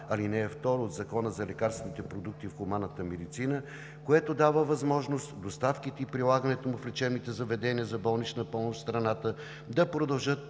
ал. 2 от Закона за лекарствените продукти в хуманната медицина, което дава възможност доставките и прилагането му в лечебните заведения за доболнична помощ в страната да продължат